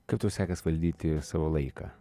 kaip tau sekėsi valdyti savo laiką